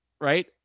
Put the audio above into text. right